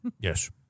Yes